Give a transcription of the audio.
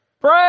pray